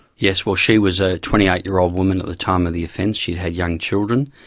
yes, well, she was a twenty eight year old woman at the time of the offence. she'd had young children.